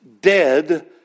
dead